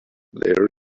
there